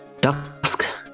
dusk